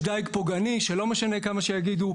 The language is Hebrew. יש דייג פוגעני שלא משנה כמה יגידו,